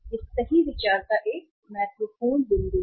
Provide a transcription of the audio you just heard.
यह सही विचार का एक महत्वपूर्ण बिंदु है